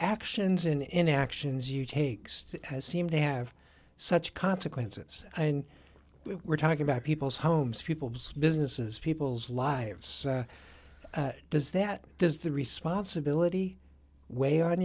actions and inactions you takes seem to have such consequences and we're talking about people's homes people's businesses people's lives does that does the responsibility way